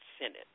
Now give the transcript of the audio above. Senate